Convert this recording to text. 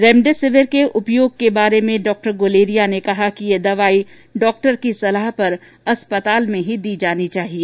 remdesivir के उपयोग के बारे में डॉक्टर गुलेरिया ने कहा कि यह दवाई डॉक्टर की सलाह पर अस्पताल में ही दी जानी चाहिए